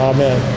Amen